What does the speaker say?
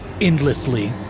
endlessly